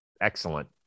excellent